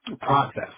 process